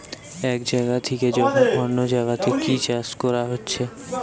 এক জাগা থিকে যখন অন্য জাগাতে কি চাষ কোরা হচ্ছে